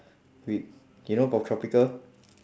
we you know poptropica